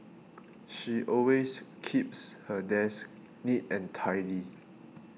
she always keeps her desk neat and tidy